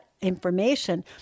information